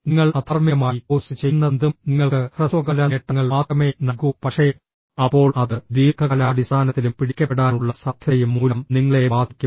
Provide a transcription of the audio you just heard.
നിങ്ങൾ അധാർമികമായി പോസ്റ്റ് ചെയ്യുന്നതെന്തും നിങ്ങൾക്ക് ഹ്രസ്വകാല നേട്ടങ്ങൾ മാത്രമേ നൽകൂ പക്ഷേ അപ്പോൾ അത് ദീർഘകാലാടിസ്ഥാനത്തിലും പിടിക്കപ്പെടാനുള്ള സാധ്യതയും മൂലം നിങ്ങളെ ബാധിക്കും